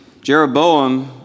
Jeroboam